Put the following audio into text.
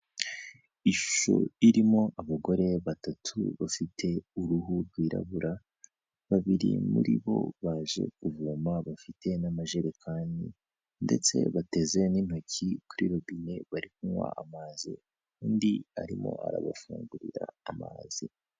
Ishusho irimo abagore batatu bafite uruhu rwirabura, babiri muri bo baje kuvoma bafite n'amajerekani ndetse bateze n'intoki kuri robine bari kunywa amazi, undi arimo arabafungurira amazi.